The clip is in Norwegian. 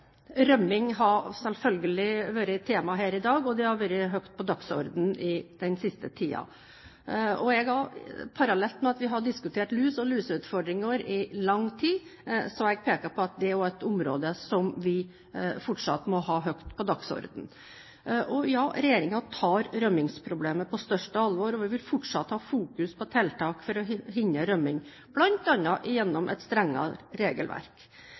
Rømming har selvfølgelig vært et tema her i dag, og det har vært høyt på dagsordenen den siste tiden. Parallelt med at vi har diskutert lus og luseutfordringer i lang tid, har jeg pekt på at det også er et område som vi fortsatt må ha høyt på dagsordenen. Ja, regjeringen tar rømmingsproblemet på største alvor, og vi vil fortsatt ha fokus på tiltak for å hindre rømming, gjennom bl.a. et strengere regelverk.